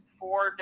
four